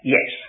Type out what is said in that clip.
Yes